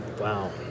wow